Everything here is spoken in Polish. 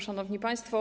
Szanowni Państwo!